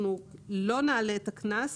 אנחנו לא נעלה את גובה הקנס